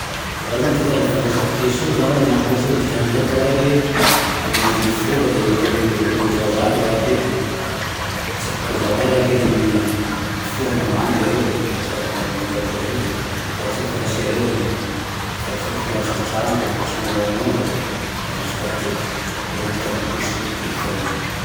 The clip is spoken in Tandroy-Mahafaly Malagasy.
Zaho zane ty hitako fifandraisan'ny piso io laha ohatsy misy te handeha ty raike mody mifoha. De ohatsiny mizahozahy raike le tseriky amin'izay koa raike, mifoha na mandry ereo. Le samy mandehandeha eo le, zay ty haiko fa lasa ereo mifampi- mifampisangisangy, mifampisomongamonga. Lafa misy raha ty eo, zay zane ty raha trehako amy ty piso io amy ty fiainany